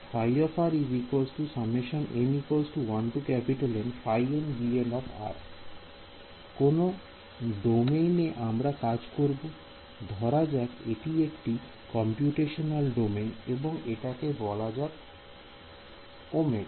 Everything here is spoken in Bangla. কোন ডোমেইন এ আমরা কাজ করব ধরা যাক এটি একটি কম্পিউটেশনাল ডোমেন এবং এটাকে বলা যাক Ω